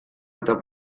eta